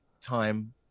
time